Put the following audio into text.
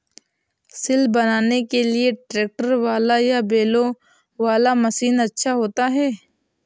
सिल बनाने के लिए ट्रैक्टर वाला या बैलों वाला मशीन अच्छा होता है?